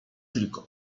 tylko